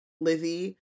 Lizzie